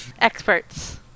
Experts